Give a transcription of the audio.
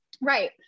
Right